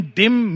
dim